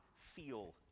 feel